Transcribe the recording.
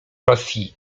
rosji